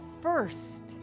first